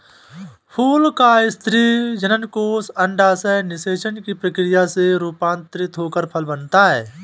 फूल का स्त्री जननकोष अंडाशय निषेचन की प्रक्रिया से रूपान्तरित होकर फल बनता है